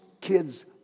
kids